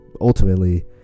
Ultimately